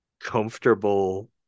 comfortable